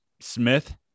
Smith